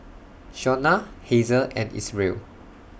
Shauna Hazel and Isreal